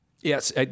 Yes